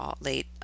late